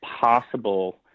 possible